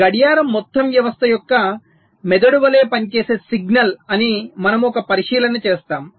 గడియారం మొత్తం వ్యవస్థ యొక్క మెదడు వలె పనిచేసే సిగ్నల్ అని మనము ఒక పరిశీలన చేస్తాము